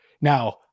Now